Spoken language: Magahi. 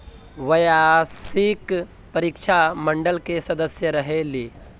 व्यावसायिक परीक्षा मंडल के सदस्य रहे ली?